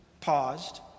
paused